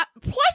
Plus